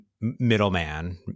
middleman